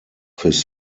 his